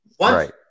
Right